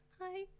hi